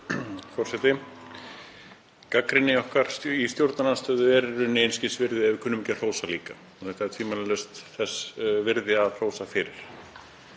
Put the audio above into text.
Forseti. Gagnrýni okkar í stjórnarandstöðu er í rauninni einskis virði ef við kunnum ekki að hrósa líka. Þetta er tvímælalaust þess virði að hrósa fyrir.